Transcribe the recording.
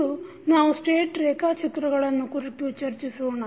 ಇಂದು ನಾವು ಸ್ಟೇಟ್ ರೇಖಾಚಿತ್ರಗಳನ್ನು ಕುರಿತು ಚರ್ಚಿಸೋಣ